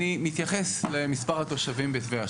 אני מתייחס למספר התושבים בטבריה.